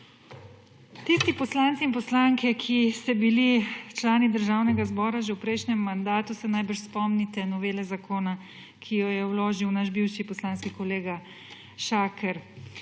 Tisti poslanci in poslanke, ki ste bili člani Državnega zbora že v prejšnjem mandatu, se najbrž spomnite novele zakona, ki jo je vložil naš bivši poslanski kolega Shaker.